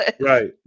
right